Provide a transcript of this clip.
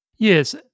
Yes